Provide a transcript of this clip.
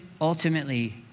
ultimately